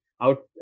out